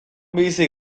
bizi